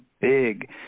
big